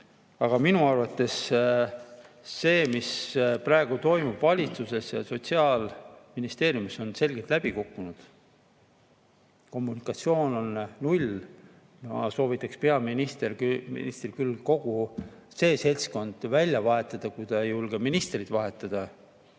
Aga minu arvates see, mis praegu toimub valitsuses ja Sotsiaalministeeriumis, on selgelt läbi kukkunud. Kommunikatsioon on null. Ma soovitaksin küll peaministril kogu see seltskond välja vahetada. Kui ta ei julge ministreid vahetada,